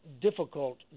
difficult